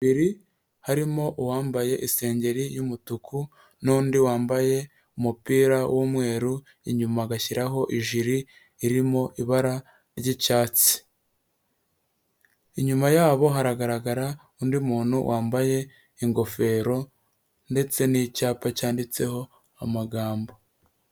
Abantu babiri harimo uwambaye isengeri y'umutuku, n'undi wambaye umupira w'umweru inyuma agashyiraho ijiri irimo ibara ry'icyatsi, inyuma yabo haragaragara undi muntu wambaye ingofero, ndetse n'icyapa cyanditseho amagambo.